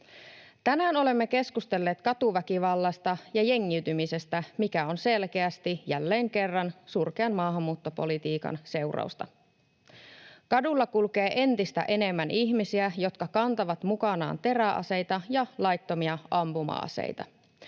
Tänään olemme keskustelleet katuväkivallasta ja jengiytymisestä, mikä on selkeästi jälleen kerran surkean maahanmuuttopolitiikan seurausta. Kaduilla kulkee entistä enemmän ihmisiä, jotka kantavat mukanaan teräaseita ja laittomia ampuma-aseita,